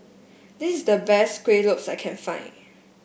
this is the best Kueh Lopes that I can find